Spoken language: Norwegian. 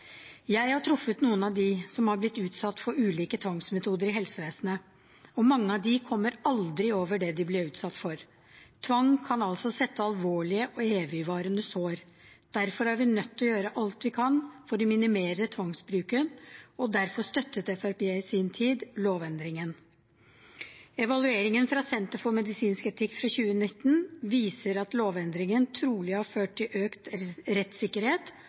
Jeg har truffet noen av dem som har blitt utsatt for ulike tvangsmetoder i helsevesenet, og mange av dem kommer aldri over det de ble utsatt for. Tvang kan altså gi alvorlige og evigvarende sår. Derfor er vi nødt til å gjøre alt vi kan for å minimere tvangsbruken, og derfor støttet Fremskrittspartiet i sin tid lovendringen. Evalueringen fra Senter for medisinsk etikk fra 2019 viser at lovendringen trolig har ført til økt rettssikkerhet